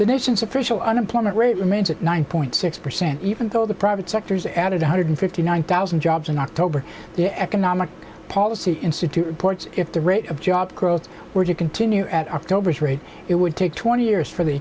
the nation's official unemployment rate remains at nine point six percent even though the private sectors added one hundred fifty nine thousand jobs in october the economic policy institute reports if the rate of job growth were to continue at october's rate it would take twenty years for the